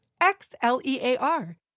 X-L-E-A-R